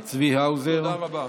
תודה רבה.